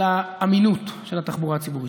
על האמינות של התחבורה הציבורית,